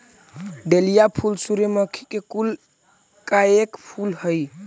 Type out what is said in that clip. dahlia फूल सूर्यमुखी के कुल का एक फूल हई